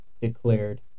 declared